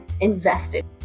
invested